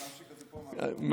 תוכל להמשיך את זה מפה, מהבמה.